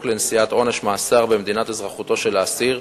לנשיאת עונש מאסר במדינת אזרחותו של האסיר,